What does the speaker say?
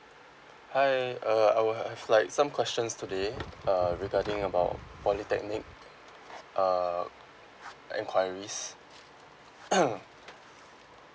hi uh I will have like some questions today uh regarding about polytechnic err enquiries